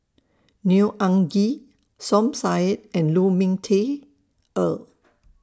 Neo Anngee Som Said and Lu Ming Teh Earl